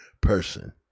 person